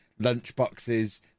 lunchboxes